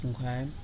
Okay